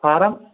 farm